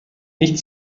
nicht